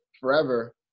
forever